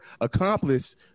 accomplice